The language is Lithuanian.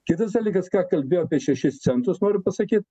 kitas dalykas ką kalbėjo apie šešis centus noriu pasakyt